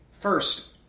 First